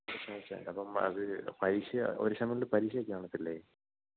ശരി ശരി അപ്പോള് അത് പരീക്ഷ ഒരു സെമ്മില് പരീക്ഷയൊക്കെ കാണത്തില്ലേ